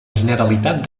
generalitat